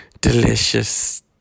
Delicious